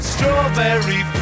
Strawberry